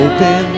Open